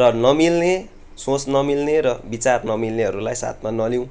र नमिल्ने सोच नमिल्ने र विचार नमिल्नेहरूलाई साथमा नलिउँ